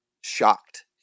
shocked